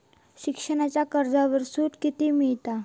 शिक्षणाच्या कर्जावर सूट किती मिळात?